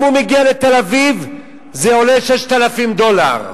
אם הוא מגיע לתל-אביב זה עולה 6,000 דולר,